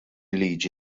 liġi